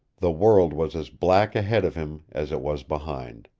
the world was as black ahead of him as it was behind.